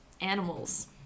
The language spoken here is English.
animals